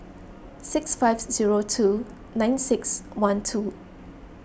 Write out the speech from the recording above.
six five zero two nine six one two